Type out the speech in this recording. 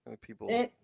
people